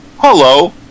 Hello